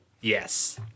Yes